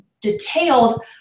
detailed